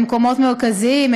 במקומות מרכזיים,